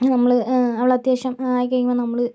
നമ്മൾ അവളെ അത്യാവശ്യം ആയിക്കഴിയുമ്പോൾ നമ്മൾ